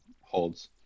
holds